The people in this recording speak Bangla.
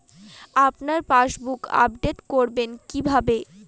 আপনার পাসবুক আপডেট করবেন কিভাবে?